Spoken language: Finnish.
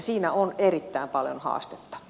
siinä on erittäin paljon haastetta